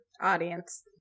Audience